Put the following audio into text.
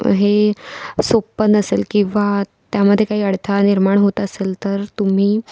हे सोपं नसेल किंवा त्यामध्ये काही अडथळा निर्माण होत असेल तर तुम्ही